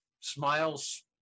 smiles